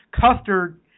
custard